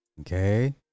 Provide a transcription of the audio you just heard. Okay